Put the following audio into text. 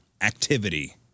activity